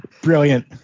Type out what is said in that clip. Brilliant